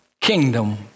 kingdom